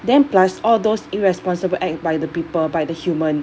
then plus all those irresponsible act by the people by the human